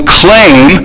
claim